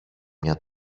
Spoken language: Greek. μια